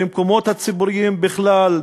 במקומות הציבוריים בכלל,